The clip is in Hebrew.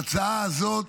ההצעה הזאת